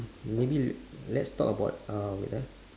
maybe let's talk about uh wait ah